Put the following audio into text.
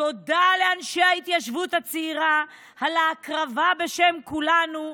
תודה לאנשי ההתיישבות הצעירה על ההקרבה בשם כולנו.